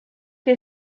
que